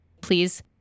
please